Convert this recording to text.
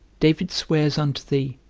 david swears unto thee,